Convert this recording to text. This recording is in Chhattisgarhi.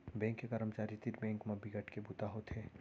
बेंक के करमचारी तीर बेंक म बिकट के बूता होथे